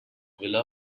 villa